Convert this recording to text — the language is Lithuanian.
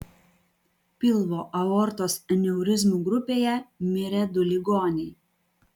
pilvo aortos aneurizmų grupėje mirė du ligoniai